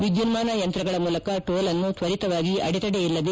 ವಿದ್ದುನ್ನಾನ ಯಂತ್ರಗಳ ಮೂಲಕ ಟೋಲ್ ಅನ್ನು ತ್ವರಿತವಾಗಿ ಅಡೆತಡೆ ಇಲ್ಲದೆ